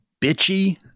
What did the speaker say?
bitchy